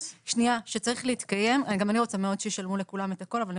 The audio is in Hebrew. גם אני רוצה מאוד שישלמו לכולם את הכול אבל אני